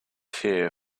here